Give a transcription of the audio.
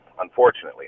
unfortunately